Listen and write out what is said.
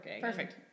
Perfect